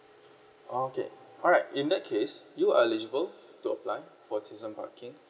oh okay alright in that case you are eligible to apply for a season parking